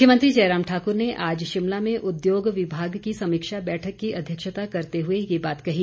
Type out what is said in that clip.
मुख्यमंत्री जयराम ठाकुर ने आज शिमला में उद्योग विभाग की समीक्षा बैठक की अध्यक्षता करते हुए ये बात कही